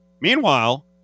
Meanwhile